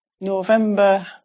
November